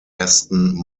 aston